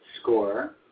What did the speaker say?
score